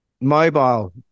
mobile